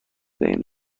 بین